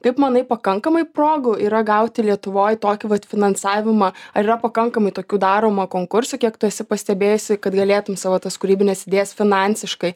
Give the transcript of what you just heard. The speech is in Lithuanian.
kaip manai pakankamai progų yra gauti lietuvoj tokį vat finansavimą ar yra pakankamai tokių daroma konkursų kiek tu esi pastebėjusi kad galėtum savo tas kūrybines idėjas finansiškai